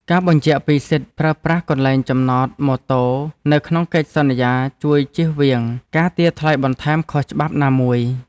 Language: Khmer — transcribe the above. ការបញ្ជាក់ពីសិទ្ធិប្រើប្រាស់កន្លែងចំណតម៉ូតូនៅក្នុងកិច្ចសន្យាជួយជៀសវាងការទារថ្លៃបន្ថែមខុសច្បាប់ណាមួយ។